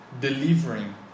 delivering